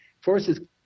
forces